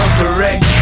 correct